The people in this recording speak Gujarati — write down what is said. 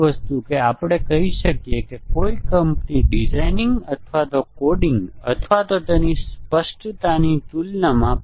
જ્યારે આપણી પાસે સમકક્ષ મ્યુટન્ટ હોય ત્યારે આપણી ટેસ્ટીંગ પ્રક્રિયા સ્વચાલિત ટેસ્ટીંગ પ્રક્રિયા સમસ્યામાં આવશે